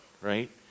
right